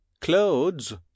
Clothes